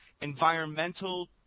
environmental